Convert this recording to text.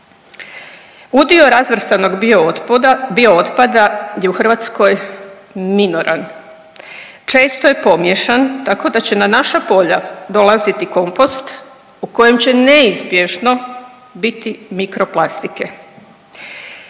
Udio razvrstanog bio otpada je u Hrvatskoj minoran, često je pomiješan tako da će na naša polja dolaziti kompost u kojem će neizbježno biti mikro plastike.